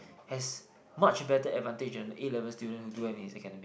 has much better advantage than A-level student who do well in his academic